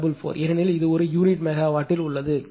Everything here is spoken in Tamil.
01544 ஏனெனில் இது ஒரு யூனிட் மெகாவாட்டில் உள்ளது